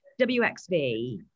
WXV